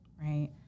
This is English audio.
right